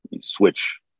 switch